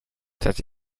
that